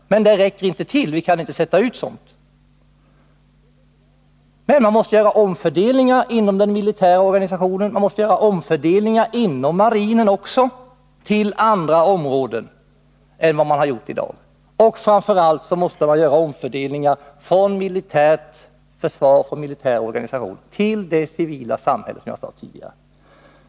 Men det hjälper inte — man kan inte sätta ut sådan överallt. Man måste göra omfördelningar inom den militära organisationen, och även inom marinen, på ett annat sätt än man gör i dag. Framför allt måste man göra omfördelningar från det militära försvaret och den militära organisationen till det civila samhället, som jag tidigare sade.